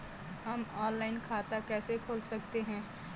हम ऑनलाइन खाता कैसे खोल सकते हैं?